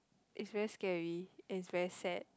it's very scary it's very sad